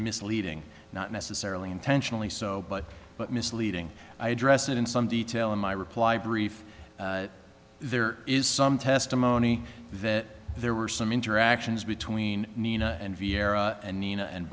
misleading not necessarily intentionally so but but misleading i address it in some detail in my reply brief there is some testimony that there were some interactions between nina and vieira and nina and